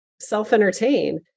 self-entertain